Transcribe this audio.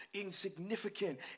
insignificant